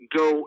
go